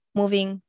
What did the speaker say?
moving